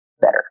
better